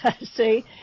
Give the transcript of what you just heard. See